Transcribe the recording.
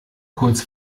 kurz